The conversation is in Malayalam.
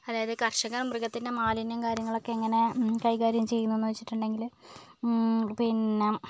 അതായത് കർഷകർ മൃഗത്തിൻ്റെ മാലിന്യം കാര്യങ്ങളൊക്കെ എങ്ങനെ കൈകാര്യം ചെയ്യുന്നു എന്ന് വെച്ചിട്ടുണ്ടെങ്കില് പിന്നെ